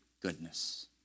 goodness